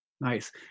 Nice